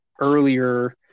earlier